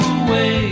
away